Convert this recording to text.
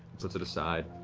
puts it aside,